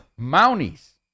Mounties